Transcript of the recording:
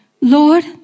Lord